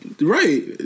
Right